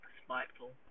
spiteful